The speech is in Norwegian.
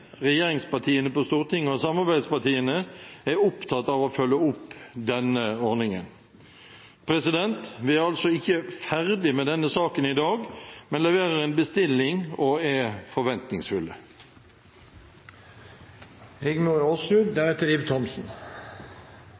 regjeringspartiene på Stortinget og samarbeidspartiene er opptatt av å følge opp denne ordningen. Vi er altså ikke ferdig med denne saken i dag, men leverer en bestilling og er forventningsfulle.